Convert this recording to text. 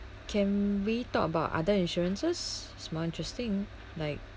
can we talk about other insurances it's more interesting like